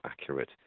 accurate